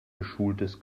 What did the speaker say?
geschultes